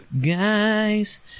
guys